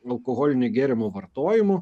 alkoholinių gėrimų vartojimu